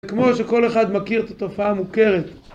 כמו שכל אחד מכיר את התופעה המוכרת